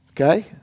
Okay